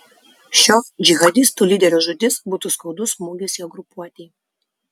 šio džihadistų lyderio žūtis būtų skaudus smūgis jo grupuotei